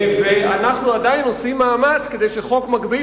ואנחנו עדיין עושים מאמץ כדי שחוק מקביל